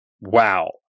wow